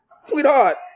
Sweetheart